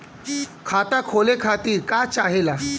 खाता खोले खातीर का चाहे ला?